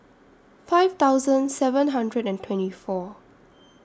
five thousand seven hundred and twenty four